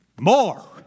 more